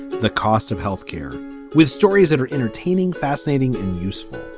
the cost of health care with stories that are entertaining, fascinating and useful.